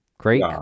Great